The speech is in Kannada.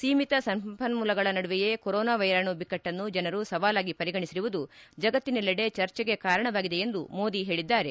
ಸೀಮಿತ ಸಂಪನ್ಮೂಲಗಳ ನಡುವೆಯೇ ಕೊರೋನಾ ವೈರಾಣು ಬಿಕ್ಕಟ್ಟನ್ನು ಜನರು ಸವಾಲಾಗಿ ಪರಿಗಣಿಸಿರುವುದು ಜಗತ್ತಿನೆಲ್ಲಡೆ ಚರ್ಚೆಗೆ ಕಾರಣವಾಗಿದೆ ಎಂದು ಮೋದಿ ಹೇಳಿದ್ದಾರೆ